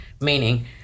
Meaning